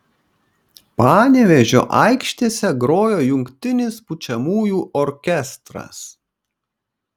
panevėžio aikštėse grojo jungtinis pučiamųjų orkestras